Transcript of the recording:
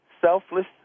selfless